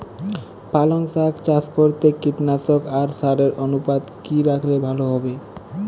পালং শাক চাষ করতে কীটনাশক আর সারের অনুপাত কি রাখলে ভালো হবে?